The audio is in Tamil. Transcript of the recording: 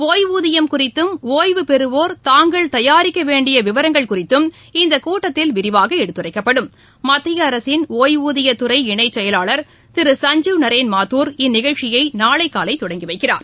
டுப்வூதியம் குறித்தும் ஒய்வு பெறுவோர் தாங்கள் தயாரிக்க வேண்டிய விவரங்கள் குறித்தும் இந்தக் கூட்டத்தில் விரிவாக எடுத்துரைக்கப்படும் மத்திய அரசின் ஓய்வூதிய துறை இணை செயலாளர் திரு சஞ்சீவ் நரேன் மாத்தூர் இந்நிகழ்ச்சியை நாளைகாலை தொடங்கிவைக்கிறார்